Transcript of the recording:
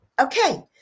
Okay